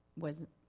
was